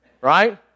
right